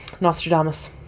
Nostradamus